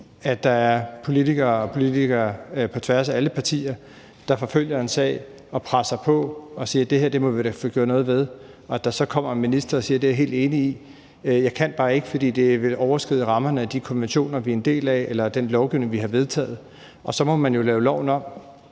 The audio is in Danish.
at der er politikere og politikere på tværs af alle partier, der forfølger en sag og presser på og siger, at det her må man da få gjort noget ved, og at der så kommer en minister og siger: Det er jeg helt enig i; jeg kan bare ikke, fordi det vil overskride rammerne af de konventioner, vi er en del af, eller af den lovgivning, vi har vedtaget, og så må man jo lave loven om.